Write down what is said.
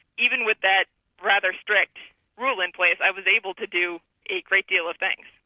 even with that rather strict rule in place, i was able to do a great deal of things.